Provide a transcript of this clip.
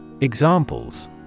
Examples